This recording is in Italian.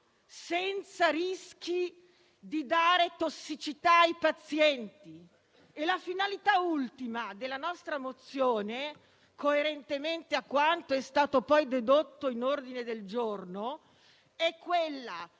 senza rischi di dare tossicità ai pazienti e la finalità ultima della nostra mozione, coerentemente a quanto è stato poi dedotto nell'ordine del giorno, è quella